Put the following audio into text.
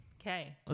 Okay